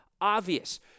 obvious